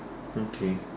okay